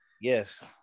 Yes